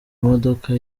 modoka